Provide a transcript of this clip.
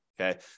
Okay